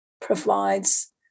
provides